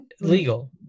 Legal